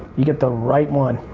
you get the right one.